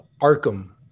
arkham